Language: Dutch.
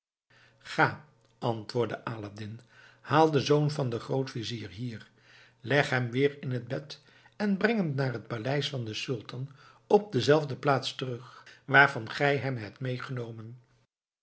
ga antwoordde aladdin haal den zoon van den grootvizier hier leg hem weer in het bed en breng hem naar het paleis van den sultan op dezelfde plaats terug vanwaar gij hem hebt meegenomen